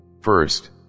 First